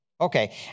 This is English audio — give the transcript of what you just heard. okay